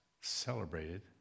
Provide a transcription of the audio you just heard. celebrated